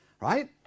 right